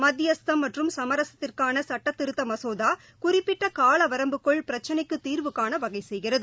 மத்தியஸ்தம் மற்றும் சுமரகத்திற்கான சுட்டத்திருத்த மசோதா குறிப்பிட்ட காலவரம்புக்குள் பிரச்சினைக்கு தீர்வுகாண வகை செய்கிறது